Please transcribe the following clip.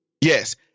Yes